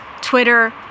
Twitter